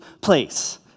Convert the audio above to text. place